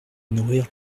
nourrir